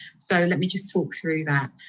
so let me just talk through that.